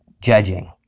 judging